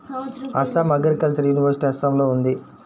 Assam agricultural university అస్సాంలో ఉంది